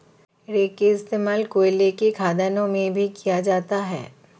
rake का इश्तेमाल कोयले के खदानों में भी किया जाता है